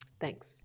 Thanks